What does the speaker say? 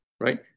right